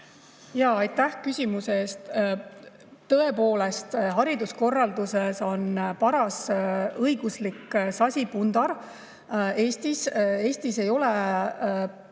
Aitäh küsimuse eest! Tõepoolest, hariduskorralduses on paras õiguslik sasipundar Eestis. Eestis ei ole